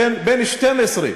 בן 12,